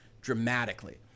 Dramatically